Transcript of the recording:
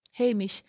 hamish,